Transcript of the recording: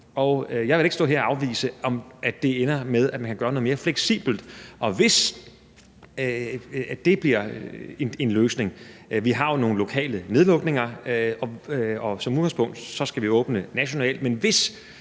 Jeg vil ikke stå her og afvise, at det ender med, at man kan gøre noget mere fleksibelt, og hvis det bliver en løsning – vi har jo nogle lokale nedlukninger, og som udgangspunkt skal vi åbne nationalt